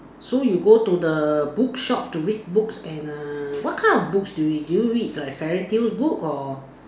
so you go to the bookshop to read books and err what kind of books do you read do you read like fairy tales books or